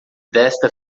desta